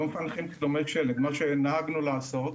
לא מפענחים צילומי שלד, מה שנהגנו לעשות.